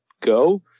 go